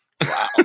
Wow